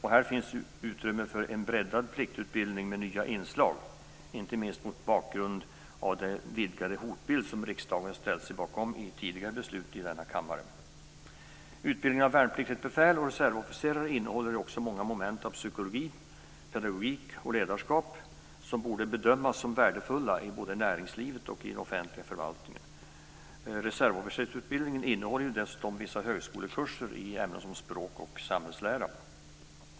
Här finns dessutom utrymme för en breddad pliktutbildning med nya inslag, inte minst mot bakgrund av den vidgade hotbild som riksdagen tidigare genom beslut i denna kammare har ställt sig bakom. Utbildningen av värnpliktigt befäl och reservofficerare innehåller många moment av psykologi, pedagogik och ledarskap som borde bedömas som värdefulla både i näringslivet och i offentlig förvaltning. I reservofficersutbildningen ingår dessutom vissa högskolekurser i ämnen som språk och samhällslära.